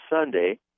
Sunday